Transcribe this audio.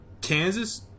Kansas